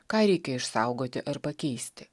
ką reikia išsaugoti ar pakeisti